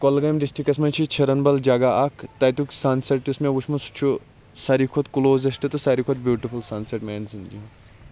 Kulgam districts مَنٛز چھ چھِرَن بَل جگہ اکھ تتیُک سَن سیٚٹ چھُ مےٚ وُچھمُت سُہ چھُ ساروٕے کھۄتہٕ کُلوزیٚسٹ تہٕ سارِوٕے کھۄتہٕ بیٛوٗٹِفُل سَن سیٚٹ میٛانہِ زِنٛدگی